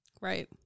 Right